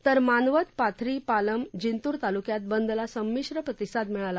तर मानवत पाथरी पालम जिंतूर तालुक्यात बंदला संमिश्र प्रतिसाद मिळाला